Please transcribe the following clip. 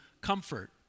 comfort